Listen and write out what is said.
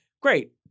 great